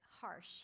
harsh